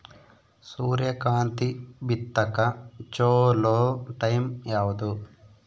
ಸೂರ್ಯಕಾಂತಿ ಬಿತ್ತಕ ಚೋಲೊ ಟೈಂ ಯಾವುದು?